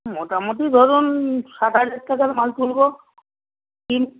মোটামুটি ধরুন ষাট হাজার টাকার মাল তুলব